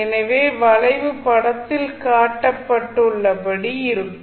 எனவே வளைவு படத்தில் காட்டப்பட்டுள்ளபடி இருக்கும்